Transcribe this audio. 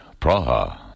Praha